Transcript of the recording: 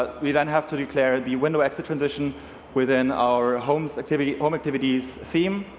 we then have to declare the window exit transition within our home activity um activity ies theme.